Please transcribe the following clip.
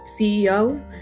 CEO